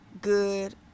good